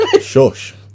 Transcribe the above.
shush